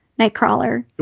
Nightcrawler